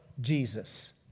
Jesus